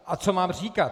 A co mám říkat?